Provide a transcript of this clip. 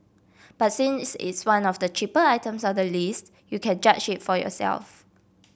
but since it's one of the cheaper items on the list you can judge it for yourself